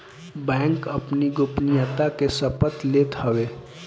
bank अपनी गोपनीयता के शपथ लेत हवे